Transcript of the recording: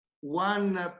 one